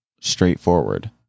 straightforward